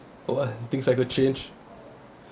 for what things I could change